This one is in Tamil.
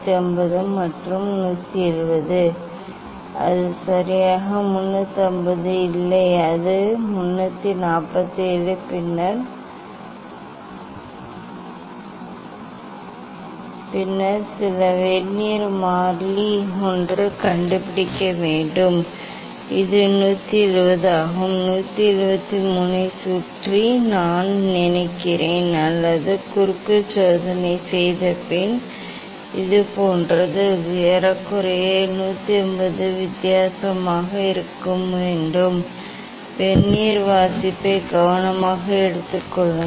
350 மற்றும் 170 அது சரியாக 350 இல்லை அது 347 பின்னர் சில வெர்னியர் மாறிலி ஒன்று கண்டுபிடிக்க வேண்டும் இது 170 ஆகும் 173 ஐ சுற்றி நான் நினைக்கிறேன் அல்லது குறுக்கு சோதனை செய்தபின் இது போன்றது ஏறக்குறைய 180 வித்தியாசமாக இருக்க வேண்டும் வெர்னியர் வாசிப்பை கவனமாக எடுத்துக் கொள்ளுங்கள்